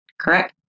Correct